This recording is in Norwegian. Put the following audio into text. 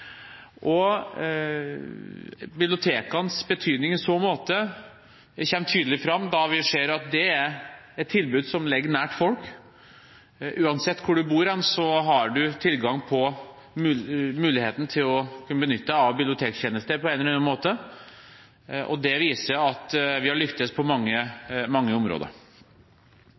Bibliotekenes betydning i så måte kommer tydelig fram, da vi ser at det er et tilbud som ligger nært folk. Uansett hvor man bor, har man tilgang på og muligheten til å benytte seg av bibliotektjenester på en eller annen måte. Det viser at vi har lyktes på mange